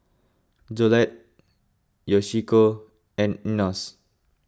Jolette Yoshiko and Enos